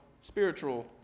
spiritual